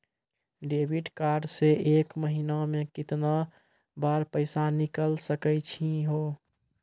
Debit card से एक महीना मा केतना बार पैसा निकल सकै छि हो?